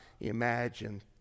imagine